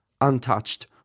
untouched